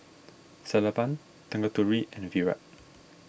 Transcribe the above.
Sellapan Tanguturi and Virat